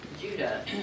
Judah